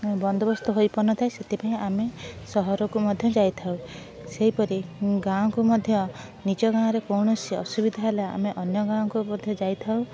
ବନ୍ଦୋବସ୍ତ ହୋଇ ପାରୁନଥାଏ ସେଥିପାଇଁ ଆମେ ସହରକୁ ମଧ୍ୟ ଯାଇଥାଉ ସେହିପରି ଗାଁକୁ ମଧ୍ୟ ନିଜ ଗାଁରେ କୌଣସି ଅସୁବିଧା ହେଲେ ଆମେ ଅନ୍ୟ ଗାଁକୁ ମଧ୍ୟ ଯାଇଥାଉ